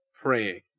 praying